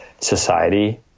society